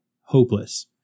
hopeless